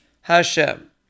Hashem